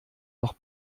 noch